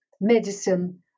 medicine